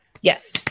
Yes